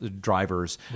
drivers